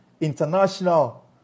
international